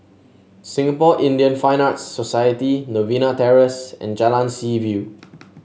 Singapore Indian Fine Arts Society Novena Terrace and Jalan Seaview